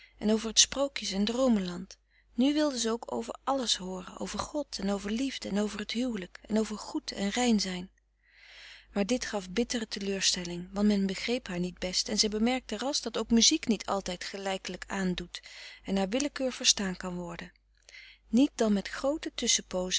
en over het sprookjes en droomenland nu wilde ze ook over alles hooren over god en over liefde en over het huwelijk en over goed en rein zijn maar dit gaf bittere teleurstelling want men begreep haar niet best en zij bemerkte ras dat ook muziek niet altijd gelijkelijk aandoet en naar willekeur verstaan kan worden niet dan met groote tusschenpoozen